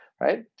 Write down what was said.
right